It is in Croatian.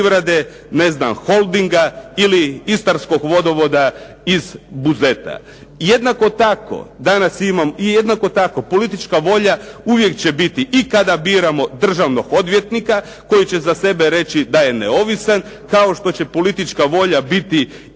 Holdinga ili Istarskog vodovoda iz Buzeta. Jednako tako, politička volja uvijek će biti i kada biramo državnog odvjetnika koji će za sebe reći da je neovisan kao što će politička volja biti